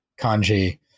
kanji